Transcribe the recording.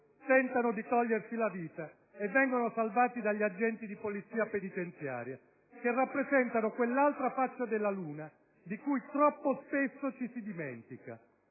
tentano di togliersi la vita e vengono salvati dagli agenti di Polizia penitenziaria, che rappresentano l'altra faccia della luna di cui troppo spesso ci si dimentica.